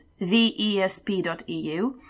theesp.eu